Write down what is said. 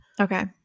Okay